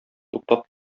туктап